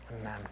Amen